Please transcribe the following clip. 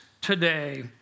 today